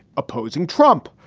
opposing trump,